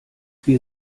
wir